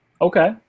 Okay